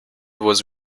was